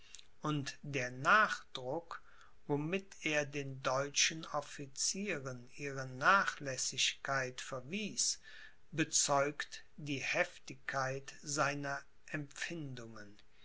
und der nachdruck womit er den deutschen officieren ihre nachlässigkeit verweist bezeugt die heftigkeit seiner empfindungen